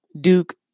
Duke